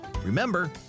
Remember